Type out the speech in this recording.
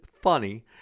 funny